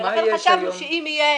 חשבנו שאם יהיה